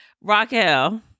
Raquel